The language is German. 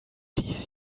dies